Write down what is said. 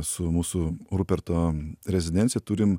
su mūsų ruperto rezidencija turim